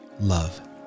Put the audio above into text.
love